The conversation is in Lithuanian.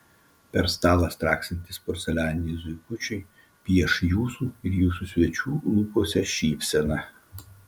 per stalą straksintys porcelianiniai zuikučiai pieš jūsų ir jūsų svečių lūpose šypseną